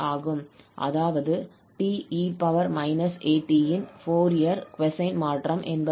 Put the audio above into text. அதாவது 𝑡𝑒−𝑎𝑡 இன் Fourier cosine மாற்றம் என்பதாகும்